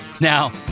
Now